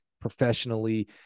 professionally